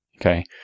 Okay